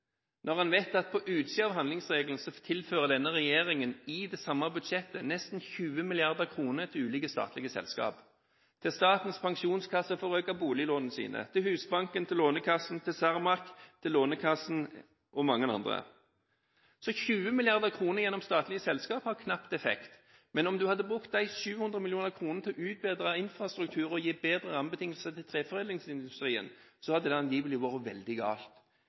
når en vet at på utsiden av handlingsregelen tilfører denne regjeringen i det samme budsjettet nesten 20 mrd. kr til ulike statlige selskap – til Statens pensjonskasse for å øke boliglånene sine, til Husbanken, til Lånekassen, til Cermaq og mange andre. Så 20 mrd. kr gjennom statlige selskap har knapt effekt, men om en hadde brukt 700 mill. kr til å utbedre infrastruktur og gi bedre rammebetingelser til treforedlingsindustrien, hadde det angivelig vært veldig galt.